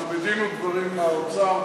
אנחנו בדין ודברים עם האוצר,